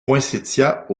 poinsettias